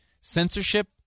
censorship